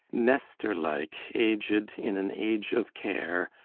nestor-like aged, in an age of care,